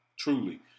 Truly